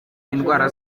indwara